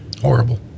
Horrible